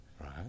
Right